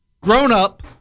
grown-up